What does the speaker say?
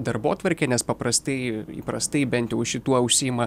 darbotvarkę nes paprastai įprastai bent jau šituo užsiima